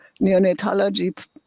neonatology